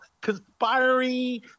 conspiring